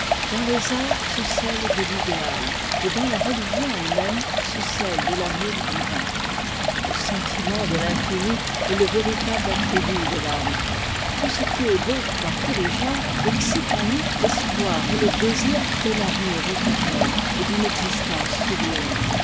dans les arts sous celle de l'idéal et dans la religion ellemême sous celle de l'amour divin le sentiment de l'infini est le véritable attribut de l'âme tout ce qui est beau dans tous les genres excite en nous l'espoir et le désir d'un avenir étèrnel et d'une existence sublime